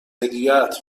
هدیهات